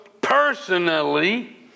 personally